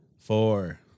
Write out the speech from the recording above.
four